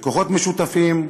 בכוחות משותפים,